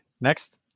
next